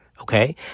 Okay